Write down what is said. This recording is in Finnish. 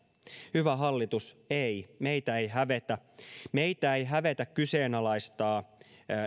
hyvä hallitus ei meitä ei hävetä meitä ei hävetä kyseenalaistaa